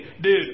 Dude